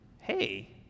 hey